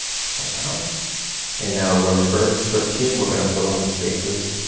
just like that and now row number thirteen, we're gonna fill in the spaces.